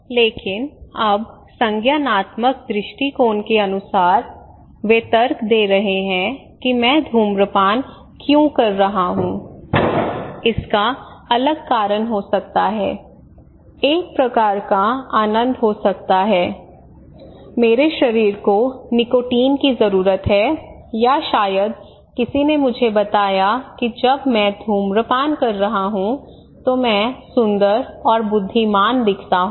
लेकिन अब संज्ञानात्मक दृष्टिकोण के अनुसार वे तर्क दे रहे हैं कि मैं धूम्रपान क्यों कर रहा हूं इसका अलग कारण हो सकता है एक प्रकार का आनंद हो सकता है मेरे शरीर को निकोटीन की जरूरत है या शायद किसी ने मुझे बताया कि जब मैं धूम्रपान कर रहा हूं तो मैं सुंदर और बुद्धिमान दिखता हूं